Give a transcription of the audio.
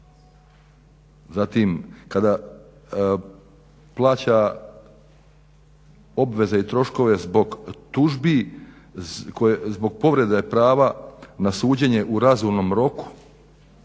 zatim kada plaća obveze i troškove zbog tužbi zbog povrede prava na suđenje u razumnom roku,